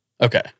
Okay